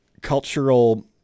cultural